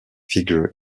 figure